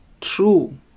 true